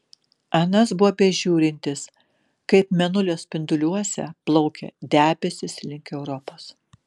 anas buvo bežiūrintis kaip mėnulio spinduliuose plaukia debesys link europos